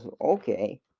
okay